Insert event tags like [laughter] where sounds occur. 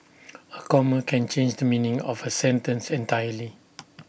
A comma can change the meaning of A sentence entirely [noise]